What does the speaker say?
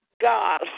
God